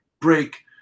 break